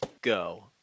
go